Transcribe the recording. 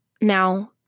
Now